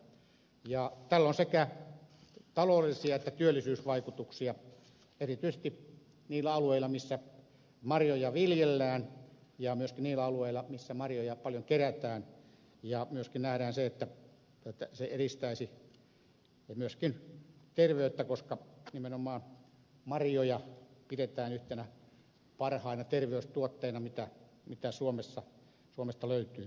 tällä on sekä taloudellisia vaikutuksia että työllisyysvaikutuksia erityisesti niillä alueilla missä marjoja viljellään ja myöskin niillä alueilla missä marjoja paljon kerätään ja myöskin nähdään se että se edistäisi myöskin terveyttä koska nimenomaan marjoja pidetään yhtenä parhaista terveystuotteista mitä suomesta löytyy